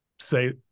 say